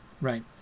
right